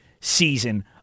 season